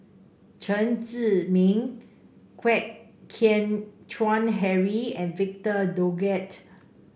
Chen Zhiming Kwek Hian Chuan Henry and Victor Doggett